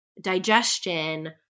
digestion